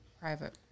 private